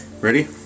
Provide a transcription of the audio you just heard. Ready